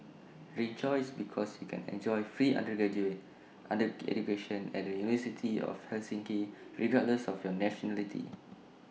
rejoice because you can enjoy free undergraduate under education at the university of Helsinki regardless of your nationality